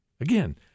Again